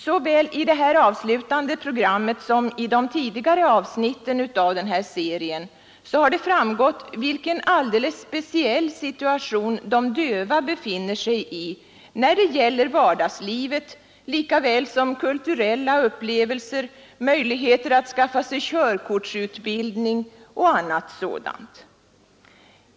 Såväl i det här avslutande programmet som i de tidigare avsnitten av serien har framgått, vilken alldeles speciell situation de döva befinner sig i när det gäller vardagslivet lika väl som kulturella upplevelser, möjligheter att skaffa sig körkortsutbildning och annat.